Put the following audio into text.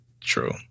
True